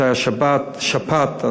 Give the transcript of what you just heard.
כשהייתה שפעת,